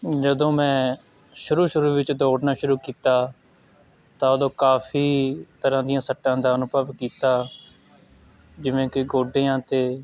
ਜਦੋਂ ਮੈਂ ਸ਼ੁਰੂ ਸ਼ੁਰੂ ਵਿੱਚ ਦੌੜਨਾ ਸ਼ੁਰੂ ਕੀਤਾ ਤਾਂ ਉਦੋਂ ਕਾਫੀ ਤਰ੍ਹਾਂ ਦੀਆਂ ਸੱਟਾਂ ਦਾ ਅਨੁਭਵ ਕੀਤਾ ਜਿਵੇਂ ਕਿ ਗੋਡਿਆਂ 'ਤੇ